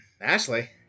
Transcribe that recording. Ashley